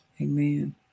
Amen